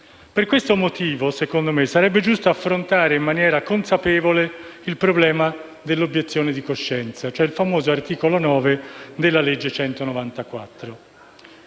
di gravidanza. Secondo me sarebbe giusto affrontare in maniera consapevole il problema dell'obiezione di coscienza, cioè il famoso articolo 9 della legge n.